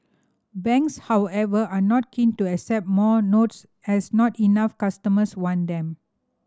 banks however are not keen to accept more notes as not enough customers want them